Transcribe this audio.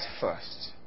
first